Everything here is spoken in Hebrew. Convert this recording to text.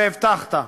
והבטחת.